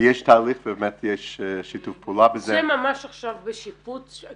ויש תהליך ובאמת יש שיתוף פעולה -- זה ממש עכשיו בבנייה?